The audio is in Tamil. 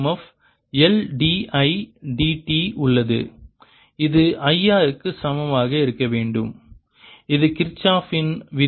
F L d I d t உள்ளது இது IR க்கு சமமாக இருக்க வேண்டும் இது கிர்ச்சோப்பின் Kirchhoff's விதி